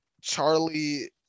Charlie